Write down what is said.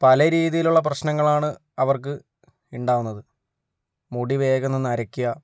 പല രീതിയിലുള്ള പ്രശ്നങ്ങളാണ് അവർക്ക് ഉണ്ടാകുന്നത് മുടി വേഗന്ന് നരയ്ക്കുക